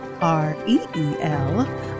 R-E-E-L